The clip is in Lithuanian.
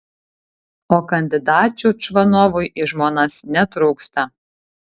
o kandidačių čvanovui į žmonas netrūksta